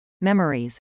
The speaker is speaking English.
memories